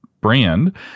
brand